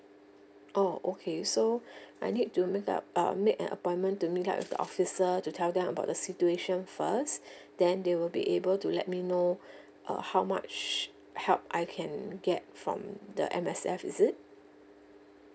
oh okay so I need to make up um make an appointment to meet up with the officer to tell them about the situation first then they will be able to let me know uh how much help I can get from the M_S_F is it